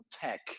tech